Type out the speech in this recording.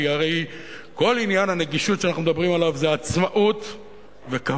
כי הרי כל עניין הנגישות שאנחנו מדברים עליו זה עצמאות וכבוד.